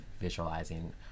visualizing